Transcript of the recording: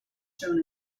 shown